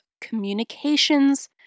communications